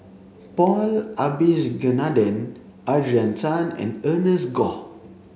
Paul Abisheganaden Adrian Tan and Ernest Goh